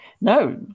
No